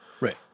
Right